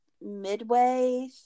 midway